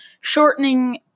shortening